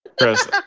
Chris